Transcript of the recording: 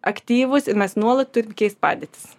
aktyvūs ir mes nuolat turim keist padėtis